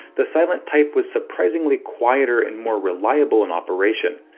the silentype was surprisingly quieter and more reliable in operation.